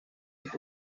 mit